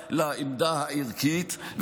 נגיעה לעמדה הערכית,